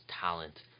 talent